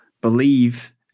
believe